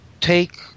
take